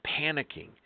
panicking